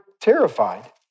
terrified